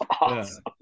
awesome